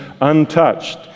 untouched